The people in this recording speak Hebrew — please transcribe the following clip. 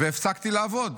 והפסקתי לעבוד.